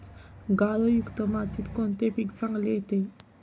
गाळयुक्त मातीत कोणते पीक चांगले येते?